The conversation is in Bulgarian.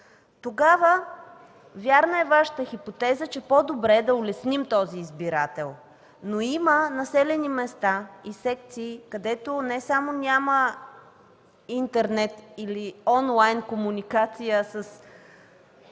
Тогава е вярна Вашата хипотеза, че е по-добре да улесним този избирател, но има населени места и секции, където не само няма интернет или онлайн комуникация с